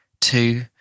Two